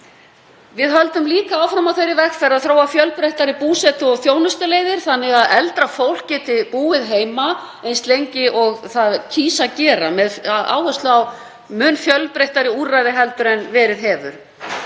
Við höldum líka áfram á þeirri vegferð að þróa fjölbreyttari búsetu- og þjónustuleiðir þannig að eldra fólk geti búið heima eins lengi og það kýs að gera, með áherslu á mun fjölbreyttari úrræði heldur en verið hefur.